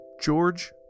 George